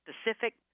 specific